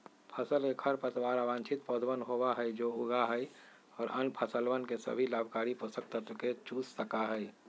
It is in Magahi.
फसल के खरपतवार अवांछित पौधवन होबा हई जो उगा हई और अन्य फसलवन के सभी लाभकारी पोषक तत्व के चूस सका हई